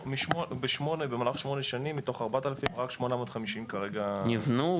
במהלך שמונה שנים, מתוך 4,000, רק 850 כרגע, יבנו,